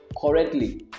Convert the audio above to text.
correctly